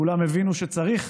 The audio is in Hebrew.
וכולם הבינו שצריך